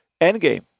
endgame